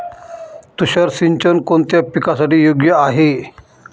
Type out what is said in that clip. तुषार सिंचन कोणत्या पिकासाठी योग्य आहे?